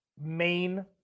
main